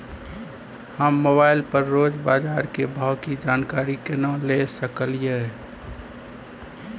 हम मोबाइल पर रोज बाजार के भाव की जानकारी केना ले सकलियै?